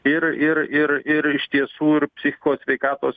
ir ir ir ir iš tiesų ir psichikos sveikatos